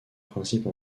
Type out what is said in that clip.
principe